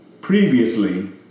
previously